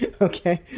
Okay